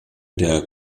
der